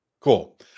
Cool